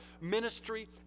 ministry